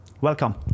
Welcome